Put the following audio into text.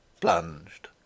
plunged